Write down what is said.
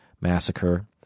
Massacre